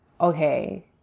okay